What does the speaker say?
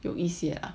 有一些啊